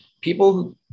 people